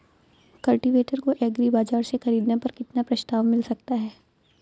Cultivator को agri बाजार से ख़रीदने पर कितना प्रस्ताव मिल सकता है?